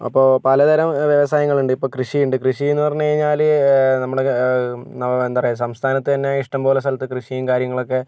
അപ്പോൾ പലതരം വ്യവസായങ്ങളുണ്ട് ഇപ്പം കൃഷീയുണ്ട് കൃഷീ എന്ന് പറഞ്ഞ് കഴിഞ്ഞാല് നമ്മുടെ എന്താ പറയുക സംസ്ഥാനത്ത് തന്നെ ഇഷ്ട്ടം പോലെ സ്ഥലത്ത് കൃഷിയും കാര്യങ്ങളൊക്കെ